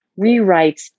rewrites